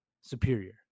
superior